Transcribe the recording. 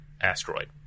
asteroid